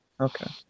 Okay